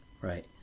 right